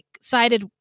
cited